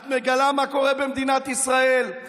את מגלה מה קורה במדינת ישראל.